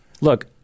look